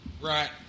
Right